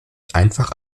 einfach